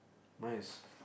my is